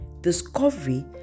discovery